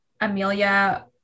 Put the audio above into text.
Amelia